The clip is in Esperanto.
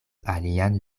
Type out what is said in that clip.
alian